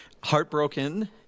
Heartbroken